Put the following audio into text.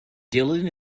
dylan